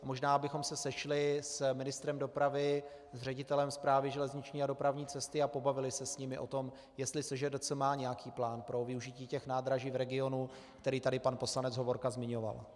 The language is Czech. Možná bychom se sešli s ministrem dopravy, s ředitelem Správy železniční dopravní cesty a pobavili se s nimi o tom, jestli SŽDC má nějaký plán pro využití těch nádraží v regionu, který tady pan poslanec Hovorka zmiňoval.